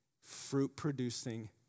fruit-producing